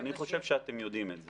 אני חושב שאתם יודעים את זה,